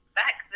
back